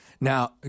Now